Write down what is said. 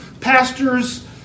Pastors